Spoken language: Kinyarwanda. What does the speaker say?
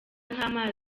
nk’amazi